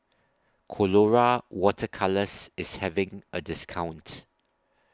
Colora Water Colours IS having A discount